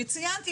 וציינתי,